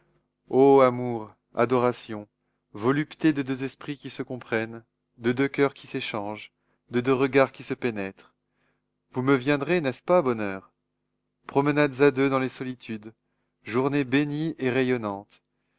amour adorations volupté de deux esprits qui se comprennent de deux coeurs qui s'échangent de deux regards qui se pénètrent vous me viendrez n'est-ce pas bonheurs promenades à deux dans les solitudes journées bénies et rayonnantes